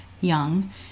young